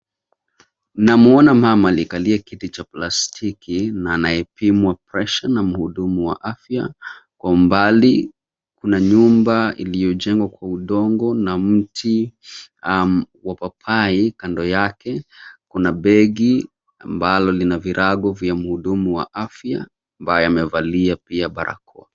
Namwona mama aliyekalia kiti cha plastiki na anayepimwa presha na mhudumu wa afya, kwa umbali, kuna nyumba iliyojengwa kwa udongo na mti, wa papai, kando yake, kuna begi, ambalo lina virago vya mhudumu wa afya, ambaye amevalia pia barakoa.